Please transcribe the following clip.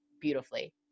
beautifully